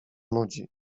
nudzi